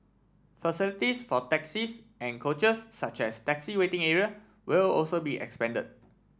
facilities for taxis and coaches such as taxi waiting area will also be expanded